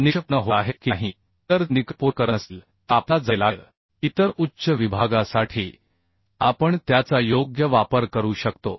निकष पूर्ण होत आहेत की नाही जर ते निकष पूर्ण करत नसतील तर आपल्याला जावे लागेल इतर उच्च विभागासाठी आपण त्याचा योग्य वापर करू शकतो